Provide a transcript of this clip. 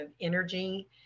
energy